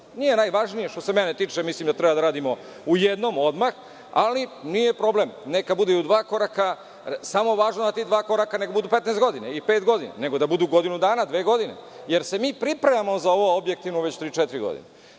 Nije najvažnije što se mene tiče, mislim da treba da radimo u jednom odmah, ali nije problem, neka bude i u dva koraka, samo je važno da ta dva koraka ne budu 15 godina i pet godina, nego da budu godinu dana, dve godine, jer se mi pripremamo za ovo objektivno već tri,